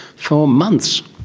for months?